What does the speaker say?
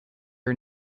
are